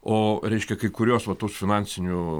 o reiškia kai kurios va tos finansinių